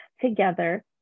together